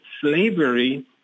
slavery